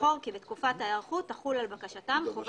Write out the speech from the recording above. לבחור כי בתקופת ההיערכות תחול על בקשתם חובת